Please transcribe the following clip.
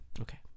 Okay